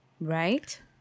Right